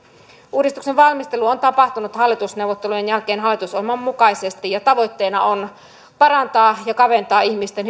uudistuksen valmistelu on tapahtunut hallitusneuvotteluiden jälkeen hallitusohjelman mukaisesti ja tavoitteena on parantaa ja kaventaa ihmisten